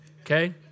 Okay